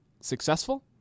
successful